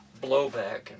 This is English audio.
blowback